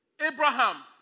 Abraham